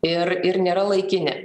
ir ir nėra laikini